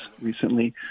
recently